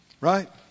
right